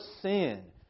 sin